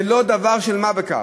זה לא דבר של מה בכך.